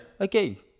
Okay